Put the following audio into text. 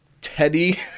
Teddy